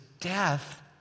death